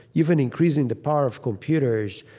even increasing the power of computers,